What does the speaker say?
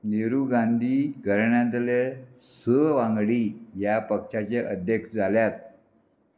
नेहरू गांधी घराण्यांतले स वांगडी ह्या पक्षाचे अध्यक्ष जाल्यात